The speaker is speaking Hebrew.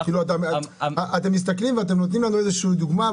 אתם נותנים לנו דוגמה,